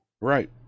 Right